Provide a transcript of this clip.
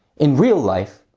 in real life,